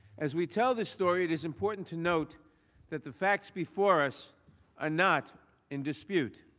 as we tell this story it is important to note that the facts before us are not in dispute,